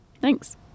Thanks